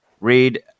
read